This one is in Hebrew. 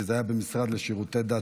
כי זה היה במשרד לשירותי דת,